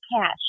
cash